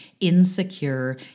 insecure